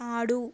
ఆడు